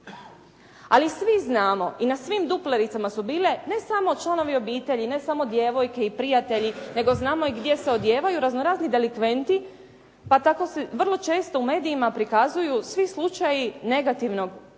Ali svi znamo i na svim duplericama su bile ne samo članovi obitelji, ne samo djevojke i prijatelji, nego znamo i gdje se odijevaju raznorazni delikventi, pa tako se vrlo često u medijima prikazuju svi slučajevi negativnog,